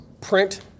print